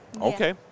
Okay